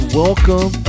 welcome